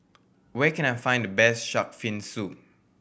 where can I find the best shark fin soup